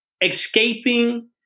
escaping